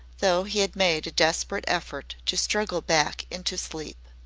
though he had made a desperate effort to struggle back into sleep.